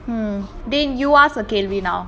dey you ask a கேள்வி:kelvi now